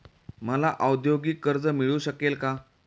मला औद्योगिक कर्ज मिळू शकेल का?